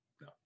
No